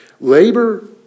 Labor